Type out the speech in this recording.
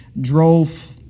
drove